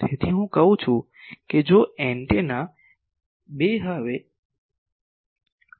તેથી હું કહું છું કે જો એન્ટેના બે હવે